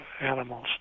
animals